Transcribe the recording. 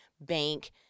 bank